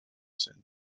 scène